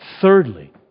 Thirdly